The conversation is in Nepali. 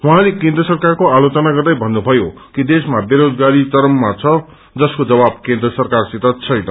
उहाँते केन्द्र सरकारको आलोचना गर्दै भन्नुथयो कि देशमा बेरोजगारी परम्परा छ जसको जवाब केन्द्र सरकारसित छैन